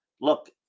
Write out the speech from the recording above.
Look